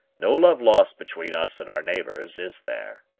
no love lost between us and our neighbors, is there?